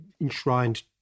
enshrined